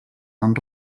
van